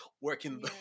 working